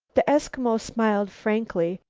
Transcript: the eskimo smiled frankly,